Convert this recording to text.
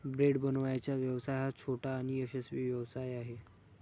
bread बनवण्याचा व्यवसाय हा छोटा आणि यशस्वी व्यवसाय आहे